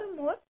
more